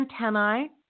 antennae